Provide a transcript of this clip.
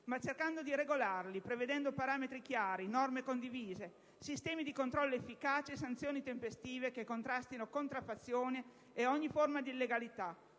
ma cercando di regolarli prevedendo parametri chiari, norme condivise, sistemi di controllo efficaci e sanzioni tempestive che contrastino contraffazioni ed ogni forma di illegalità.